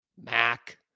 Mac